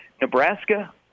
Nebraska